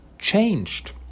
changed